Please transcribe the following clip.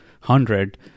hundred